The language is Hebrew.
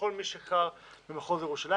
לכל מי שגר במחוז ירושלים.